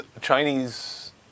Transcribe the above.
Chinese